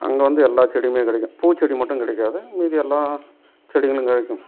அங்கே வந்து எல்லா செடியுமே கிடைக்கும் பூச்செடி மட்டும் கிடைக்காது மீதியெல்லாம் செடிங்களும் கிடைக்கும்